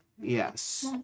Yes